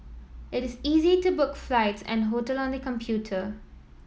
it is easy to book flights and hotel on the computer